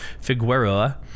Figueroa